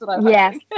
yes